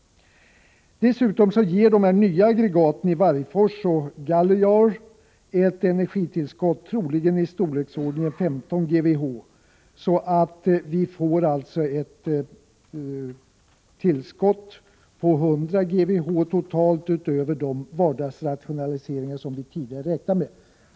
Dessutom ger de nya aggregaten i Vargfors och Gallejaur ett energitillskott som troligen är i storleksordningen 15 GWh. Vi får alltså ett tillskott på 100 GWh totalt utöver de vardagsrationaliseringar som vi tidigare räknat med.